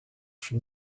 from